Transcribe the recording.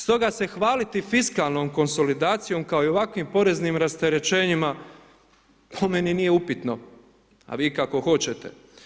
Stoga se hvaliti fiskalnom konsolidacijom kao i ovakvim poreznih rasterećenjima, po meni nije upitno, a vi kako hoćete.